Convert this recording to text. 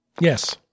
Yes